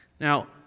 Now